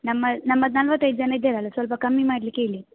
ನಮ್ಮ ನಮ್ಮದು ನಲವತ್ತೈದು ಜನ ಇದ್ದೇವಲ್ಲ ಸ್ವಲ್ಪ ಕಮ್ಮಿ ಮಾಡಲಿಕ್ಕೇಳಿ